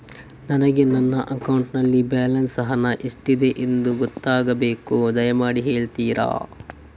ನನಗೆ ನನ್ನ ಅಕೌಂಟಲ್ಲಿ ಬ್ಯಾಲೆನ್ಸ್ ಹಣ ಎಷ್ಟಿದೆ ಎಂದು ಗೊತ್ತಾಗಬೇಕು, ದಯಮಾಡಿ ಹೇಳ್ತಿರಾ?